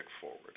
forward